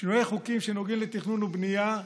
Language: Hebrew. שינוי החוקים שנוגעים לתכנון ובנייה,